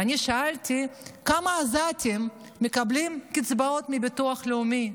אני שאלתי כמה עזתים מקבלים קצבאות מביטוח לאומי,